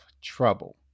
trouble